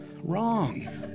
Wrong